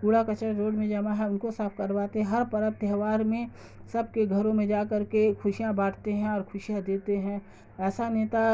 کووڑا کچڑا روڈ میں جمع ہے ان کو صاف کرواتے ہیں ہر پرب تہوار میں سب کے گھروں میں جا کر کے خوشیاں بانٹتے ہیں اور خوشیاں دیتے ہیں ایسا نیتا